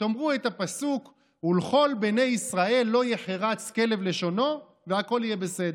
תאמרו את הפסוק "ולכל בני ישראל לא יחרץ כלב לשֹנו" והכול יהיה בסדר.